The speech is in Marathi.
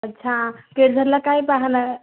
अच्छा केळझरला काय पाहणं आहे